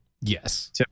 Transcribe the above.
Yes